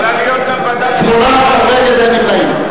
74 בעד, 18 נגד, אין נמנעים.